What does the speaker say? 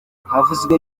havuzwe